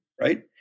right